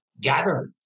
gatherings